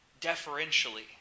deferentially